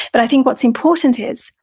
but i think what's important is,